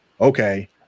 okay